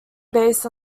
based